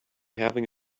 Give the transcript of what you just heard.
having